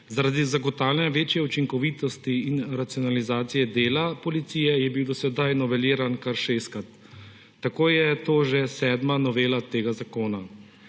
Zaradi zagotavljanja večje učinkovitosti in racionalizacije dela policije je bil do sedaj noveliran kar šestkrat. Tako je to že sedma novela tega zakona.